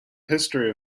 history